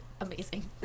amazing